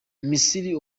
misiri